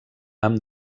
amb